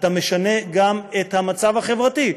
אתה משנה גם את המצב החברתי,